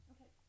Okay